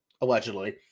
allegedly